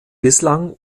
bislang